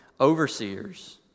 overseers